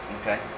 okay